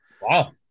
Wow